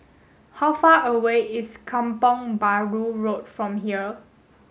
how far away is Kampong Bahru Road from here